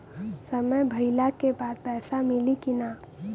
समय भइला के बाद पैसा मिली कि ना?